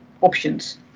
options